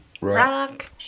Rock